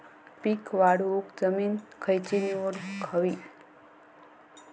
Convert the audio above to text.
पीक वाढवूक जमीन खैची निवडुक हवी?